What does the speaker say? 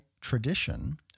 tradition